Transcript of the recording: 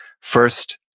first